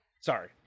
Sorry